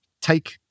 take